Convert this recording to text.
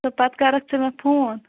پَتہٕ کَرَکھ ژٕ مےٚ فون